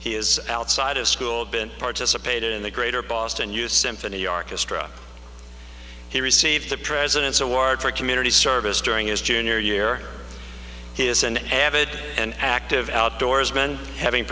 he is outside of school been participating in the greater boston you symphony orchestra he received the president's award for community service during his junior year he is an avid and active outdoorsman having